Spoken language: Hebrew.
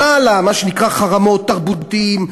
כלל מה שנקרא "חרמות" תרבותיים,